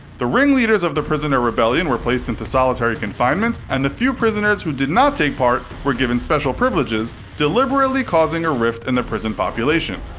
the ringleaders of the prisoner rebellion were placed into solitary confinement and the few prisoners who did not take part were given special privileges, deliberately causing a rift in the prison population.